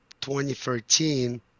2013